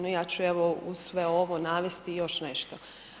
No, ja ću evo uz sve ovo navesti još nešto.